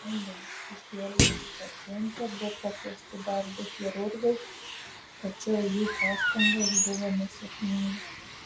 bandant išgelbėti pacientę buvo pakviesti dar du chirurgai tačiau jų pastangos buvo nesėkmingos